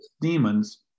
demons